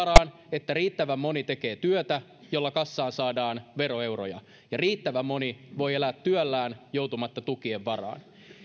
että riittävän moni tekee työtä jolla kassaan saadaan veroeuroja ja riittävän moni voi elää työllään joutumatta tukien varaan